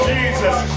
Jesus